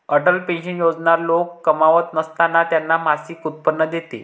Atal pension Yojana लोक कमावत नसताना त्यांना मासिक उत्पन्न देते